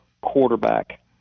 quarterback